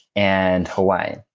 and hawaii.